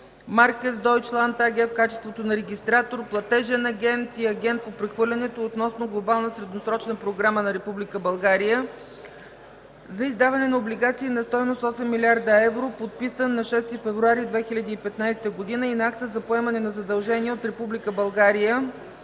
Маркетс Дойчланд АГ в качеството на Регистратор, Платежен агент и Агент по прехвърлянето относно Глобална средносрочна програма на Република България за издаване на облигации на стойност 8 млрд. евро, подписан на 6 февруари 2015 г. и Акта за поемане на задължения от